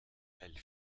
elle